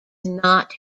not